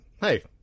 Hey